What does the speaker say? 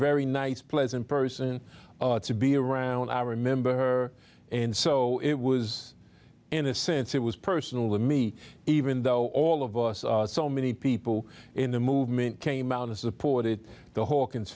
very nice pleasant person to be around i remember her and so it was in a sense it was personal to me even though all of us so many people in the movement came out and supported the hawkins